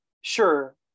sure